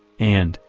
and,